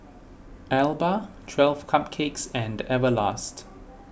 Alba twelve Cupcakes and Everlast